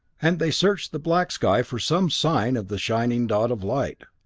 and they searched the black sky for some sign of the shining dot of light.